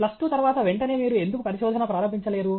plus two తర్వాత వెంటనే మీరు ఎందుకు పరిశోధన ప్రారంభించలేరు